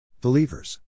Believers